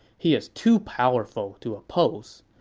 he is too powerful to oppose.